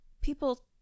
people